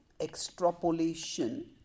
extrapolation